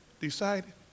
decided